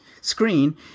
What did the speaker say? screen